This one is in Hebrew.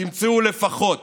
תמצאו לפחות